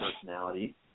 personality